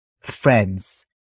friends